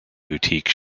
boutique